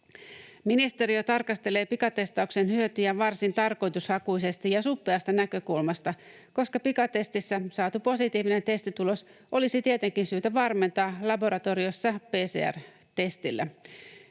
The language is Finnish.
Ministeriö tarkastelee pikatestauksen hyötyjä varsin tarkoitushakuisesti ja suppeasta näkökulmasta, koska pikatestissä saatu positiivinen testitulos olisi tietenkin syytä varmentaa laboratoriossa PCR-testillä.